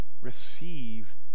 Receive